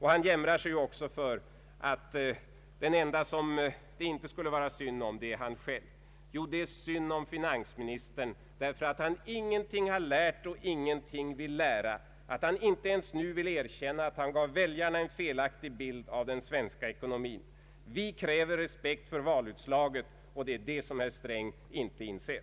Han jämrar sig ju också för att den ende som det inte skulle vara synd om är han själv. Jo, det är synd om finansministern för att han ingenting lärt och ingenting vill lära, för att han inte ens nu vill erkänna att han gett väljarna en felaktig bild av den svenska ekonomin. Vi kräver respekt för valutslaget, och det är det som herr Sträng inte inser.